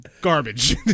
garbage